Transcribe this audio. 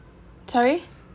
sorry